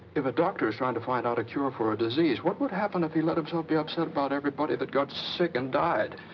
if a doctor is trying to find out a cure for a disease. what would happen if he let himself be upset about everybody that got sick and died?